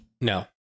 No